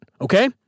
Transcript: Okay